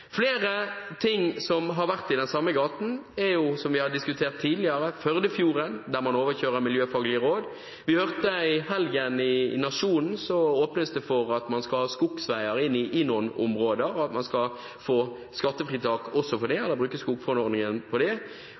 Flere ting som har vært i den samme gaten, er Førdefjorden, som vi har diskutert tidligere, der man overkjører miljøfaglige råd, vi leste i Nationen i helgen at det åpnes for å ha skogsveier inn i noen områder, og at man skal få skattefritak også for det – da brukes det